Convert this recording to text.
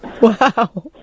Wow